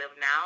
now